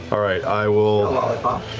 all right, i will, ah,